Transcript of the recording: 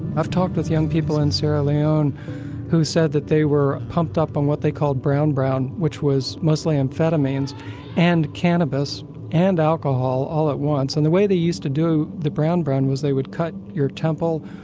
i've talked with young people in sierra leone who said that they were pumped up on what they called brown brown which was mostly amphetamines and cannabis and alcohol, all at once. and the way they used to do the brown brown was they would cut your temple,